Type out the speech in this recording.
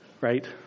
right